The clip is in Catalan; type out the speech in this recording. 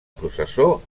processó